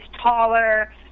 taller